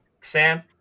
Sam